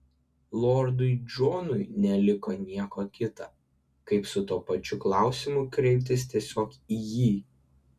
lordui džonui neliko nieko kita kaip su tuo pačiu klausimu kreiptis tiesiog į jį